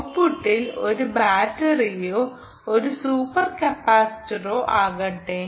ഔട്ട്പുട്ടിൽ ഒരു ബാറ്ററിയോ ഒരു സൂപ്പർ കപ്പാസിറ്ററോ ആകട്ടെ